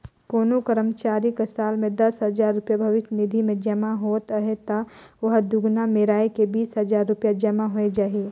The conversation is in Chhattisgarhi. कोनो करमचारी कर साल में दस हजार रूपिया भविस निधि में जमा होवत अहे ता ओहर दुगुना मेराए के बीस हजार रूपिया जमा होए जाही